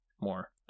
more